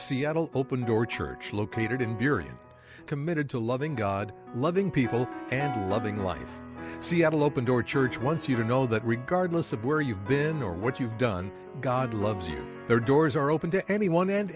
seattle open door church located in theory and committed to loving god loving people and loving life seattle open door church once you know that regardless of where you've been or what you've done god loves their doors are open to anyone and